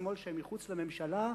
והשמאל שמחוץ לממשלה,